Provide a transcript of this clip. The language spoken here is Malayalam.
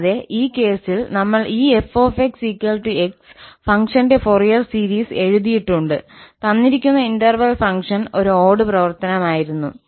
കൂടാതെ ഈ കേസിൽ നമ്മൾ ഈ 𝑓𝑥 𝑥 ഫംഗ്ഷന്റെ ഫോറിയർ സീരീസ് എഴുതിയിട്ടുണ്ട് തന്നിരിക്കുന്ന ഇന്റർവെൽ ഫംഗ്ഷൻ ഒരു ഓട് പ്രവർത്തനമായിരുന്നു